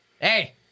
Hey